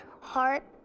heart